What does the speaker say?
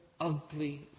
ugly